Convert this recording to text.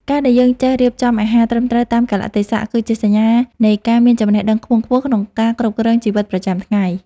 ការដែលយើងចេះរៀបចំអាហារត្រឹមត្រូវតាមកាលៈទេសៈគឺជាសញ្ញានៃការមានចំណេះដឹងខ្ពង់ខ្ពស់ក្នុងការគ្រប់គ្រងជីវិតប្រចាំថ្ងៃ។